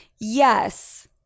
yes